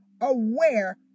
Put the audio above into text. aware